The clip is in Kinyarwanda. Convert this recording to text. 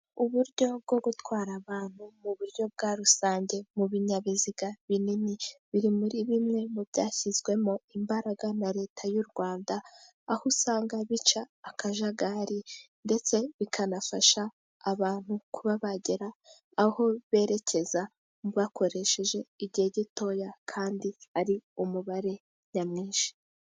Uburyo bwo gutwara abantu mu buryo bwa rusange mu binyabiziga binini, biri muri bimwe mu byashyizwemo imbaraga na Leta y'u Rwanda, aho usanga bica akajagari ndetse bikanafasha abantu kuba bagera aho berekeza bakoresheje igihe gitoya, kandi ari umubare nyamwinshi.